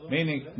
Meaning